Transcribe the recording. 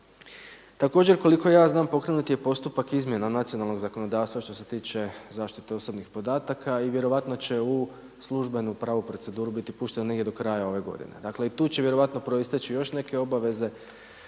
Također koliko ja znam pokrenut je i postupak izmjena od nacionalnog zakonodavstva što se tiče zaštite osobnih podataka i vjerojatno će u službenu pravu proceduru biti pušten negdje do kraja ove godine. Dakle i tu će vjerojatno proisteći još neke obaveze